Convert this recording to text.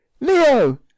Leo